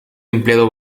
empleado